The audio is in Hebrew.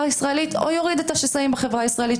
הישראלית או יוריד את השסעים בחברה הישראלית,